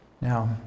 Now